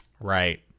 Right